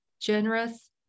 generous